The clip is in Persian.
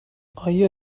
آیا